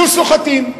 יהיו סוחטים.